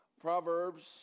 Proverbs